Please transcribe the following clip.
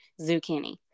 zucchini